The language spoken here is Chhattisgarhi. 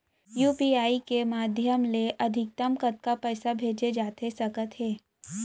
यू.पी.आई के माधयम ले अधिकतम कतका पइसा भेजे जाथे सकत हे?